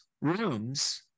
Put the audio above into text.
rooms